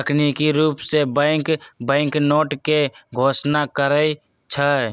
तकनिकी रूप से बैंक बैंकनोट के घोषणा करई छई